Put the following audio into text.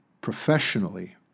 Professionally